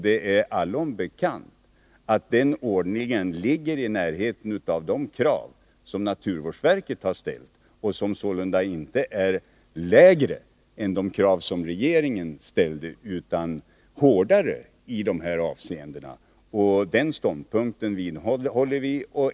Det är allom bekant att den ordningen ligger i närheten av de krav som naturvårdsverket ställt och som sålunda inte är lägre än de krav som regeringen ställde, utan hårdare i dessa avseenden. Den ståndpunkten vidhåller vi.